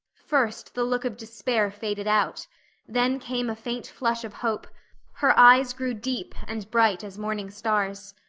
first the look of despair faded out then came a faint flush of hope her eyes grew deep and bright as morning stars.